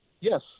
Yes